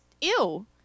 ew